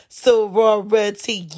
sorority